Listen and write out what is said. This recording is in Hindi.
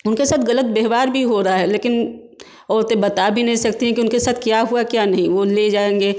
उनके साथ ग़लत व्यवहार भी हो रहा है लेकिन औरतें बता भी नहीं सकती हैं कि उनके साथ क्या हुआ क्या नहीं वो ले जाएँगे